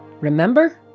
Remember